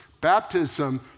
Baptism